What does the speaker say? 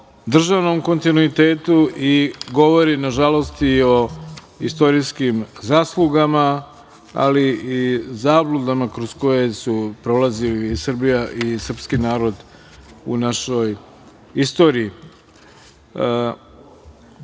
o državnom kontinuitetu i govori, nažalost, i o istorijskim zaslugama, ali i zabludama kroz koje su prolazile Srbija i srpski narod u našoj istoriji. Tadašnji